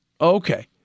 Okay